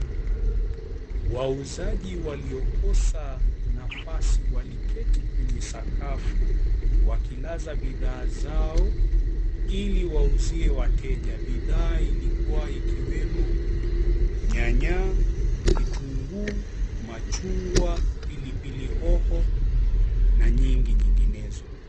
Wauzaji waliokosa nafasi, waliketi kwenye sakafu, wakilaza bidhaa zao ili wauzie wateja. Bidhaa ilikuwa ikiwemo, nyanya, vitunguu, machungwa, pilipili hoho na nyingi nyinginezo.